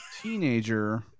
teenager